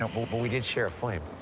and but we did share a flame.